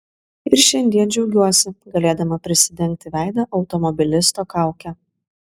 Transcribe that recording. ir šiandien džiaugiuosi galėdama prisidengti veidą automobilisto kauke